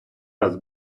раз